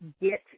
get